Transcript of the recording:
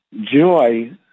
Joy